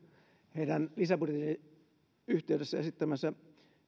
heidän lisäbudjetin yhteydessä esittämänsä